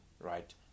right